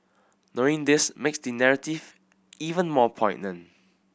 knowing this makes the narrative even more poignant